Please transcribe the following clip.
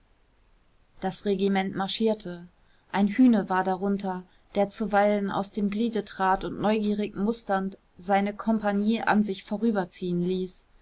das regiment marschierte ein hüne war darunter der zuweilen aus dem gliede trat und neugierig musternd seine kompagnie an sich vorüberziehen ließ